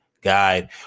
guide